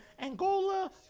Angola